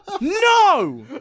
No